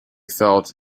felt